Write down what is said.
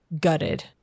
gutted